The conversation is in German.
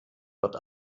wird